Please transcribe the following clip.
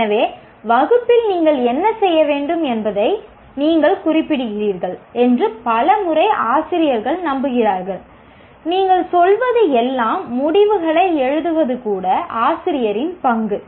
எனவே வகுப்பில் நீங்கள் என்ன செய்ய வேண்டும் என்பதை நீங்கள் குறிப்பிடுகிறீர்கள் என்று பல முறை ஆசிரியர்கள் நம்புகிறார்கள் நீங்கள் சொல்வது எல்லாம் முடிவுகளை எழுதுவது கூட ஆசிரியரின் பங்கு